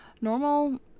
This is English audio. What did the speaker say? Normal